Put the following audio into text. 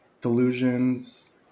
delusions